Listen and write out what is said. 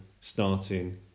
starting